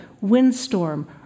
windstorm